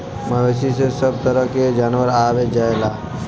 मवेसी में सभ तरह के जानवर आ जायेले